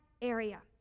area